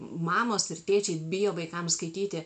mamos ir tėčiai bijo vaikams skaityti